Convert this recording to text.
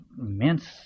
immense